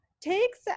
takes